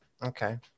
okay